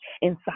inside